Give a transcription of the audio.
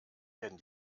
werden